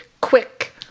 quick